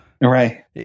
Right